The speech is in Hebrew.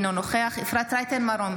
אינו נוכח אפרת רייטן מרום,